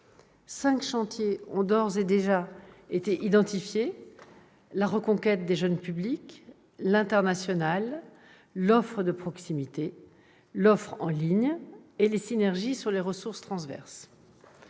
Cinq chantiers ont d'ores et déjà été identifiés : la reconquête des jeunes publics, l'international, l'offre de proximité, l'offre en ligne et les synergies sur les ressources transverses.